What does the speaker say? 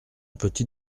petit